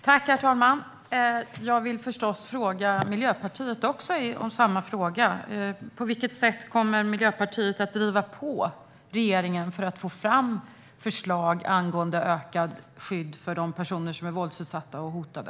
Herr talman! Jag vill förstås ställa samma fråga till Miljöpartiet: På vilket sätt kommer Miljöpartiet att driva på regeringen för att få fram förslag angående ökat skydd för de personer som är våldsutsatta och hotade?